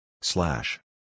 Slash